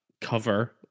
cover